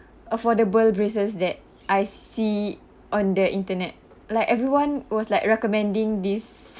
affordable braces that I see on the internet like everyone was like recommending this